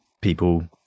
people